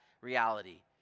reality